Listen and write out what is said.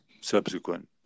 subsequent